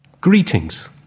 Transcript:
greetings